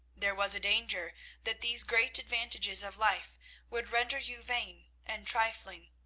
there was a danger that these great advantages of life would render you vain and trifling,